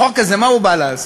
החוק הזה, מה הוא בא לעשות?